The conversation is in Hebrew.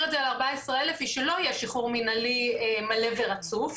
את זה על 14,000 היא שלא יהיה שחרור מינהלי מלא ורצוף,